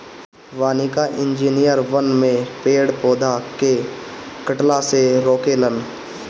वानिकी इंजिनियर वन में पेड़ पौधा के कटला से रोके लन